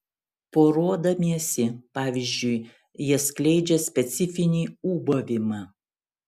poruodamiesi pavyzdžiui jie skleidžia specifinį ūbavimą